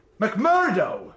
McMurdo